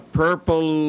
purple